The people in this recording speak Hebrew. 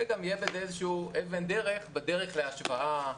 ויהיה בזה גם אבן דרך בדרך להשוואה,